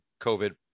COVID